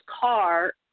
car